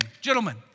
gentlemen